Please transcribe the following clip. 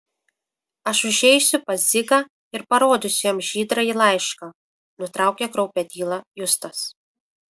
aš užeisiu pas dzigą ir parodysiu jam žydrąjį laišką nutraukė kraupią tylą justas